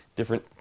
Different